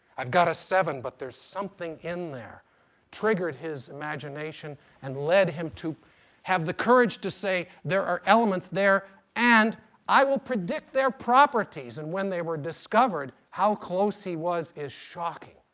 i've got a seven but there's something in there triggered his imagination and led him to have the courage to say, there are elements there and i will predict their properties. and when they were discovered how close he was is shocking.